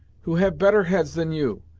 who have better heads than you,